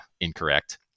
incorrect